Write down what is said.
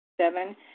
Seven